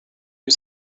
you